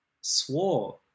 swore